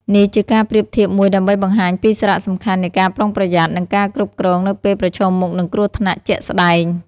នេះជាការប្រៀបធៀបមួយដើម្បីបង្ហាញពីសារៈសំខាន់នៃការប្រុងប្រយ័ត្ន និងការគ្រប់គ្រងនៅពេលប្រឈមមុខនឹងគ្រោះថ្នាក់ជាក់ស្តែង។